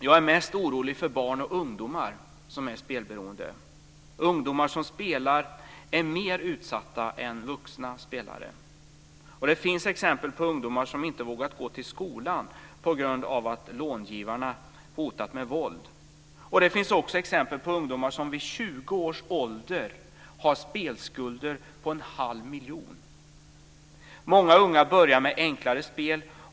Jag är mest orolig för barn och ungdomar som är spelberoende. Ungdomar som spelar är mer utsatta än vuxna spelare. Det finns exempel på ungdomar som inte har vågat gå till skolan på grund av att långivarna hotat med våld. Det finns också exempel på ungdomar som vid 20 års ålder har spelskulder på en halv miljon kronor! Många ungdomar börjar med enklare spel.